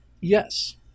yes